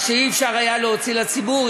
מה שלא היה אפשר להוציא לציבור,